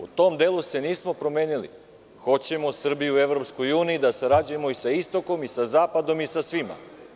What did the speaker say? U tom delu se nismo promenili, hoćemo Srbiju u EU, da sarađujemo i sa istokom, i sa zapadom i sa svima.